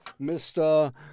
Mr